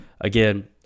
again